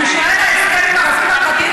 הוא שואל על ההסכם עם הרופאים הפרטיים